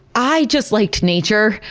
i just liked nature.